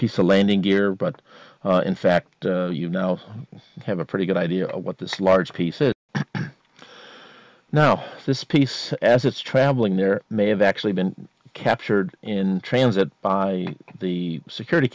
piece of landing gear but in fact you now have a pretty good idea what this large pieces now this piece as it's traveling there may have actually been captured in transit by the security